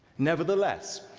nevertheless,